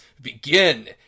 begin